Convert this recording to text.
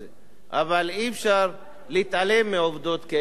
אבל אי-אפשר להתעלם מעובדות כאלה כאשר